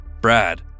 Brad